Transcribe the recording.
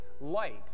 light